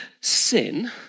sin